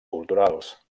culturals